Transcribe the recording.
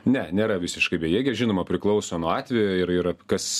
ne nėra visiškai bejėgė žinoma priklauso nuo atvejo ir ir kas